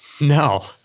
No